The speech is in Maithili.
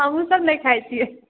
हमहुँ सब नहि खाइ छी